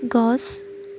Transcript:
গছ